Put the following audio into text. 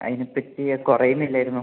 അതിന് പറ്റിയ കുറയുന്നില്ലായിരുന്നു